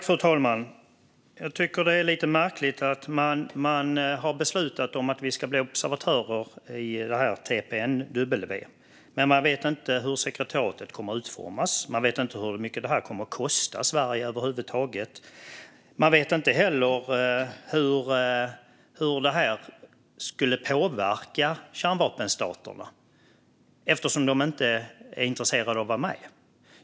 Fru talman! Jag tycker att det är lite märkligt att man har beslutat att vi ska bli observatörer i TPNW, men man vet inte hur sekretariatet kommer att utformas eller hur mycket detta kommer att kosta Sverige. Man vet inte heller hur det skulle påverka kärnvapenstaterna eftersom de inte är intresserade av att vara med.